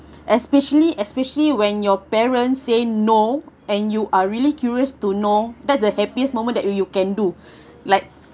especially especially when your parents say no and you are really curious to know that's the happiest moment that you you can do like